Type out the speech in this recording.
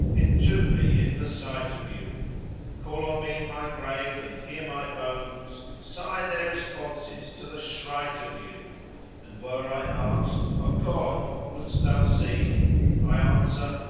entomb me in the site of you call on me in my grave, and hear my bones sigh their responses to the shright of you and were i asked of god what wouldst thou see i answer,